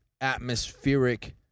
atmospheric